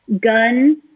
gun